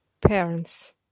parents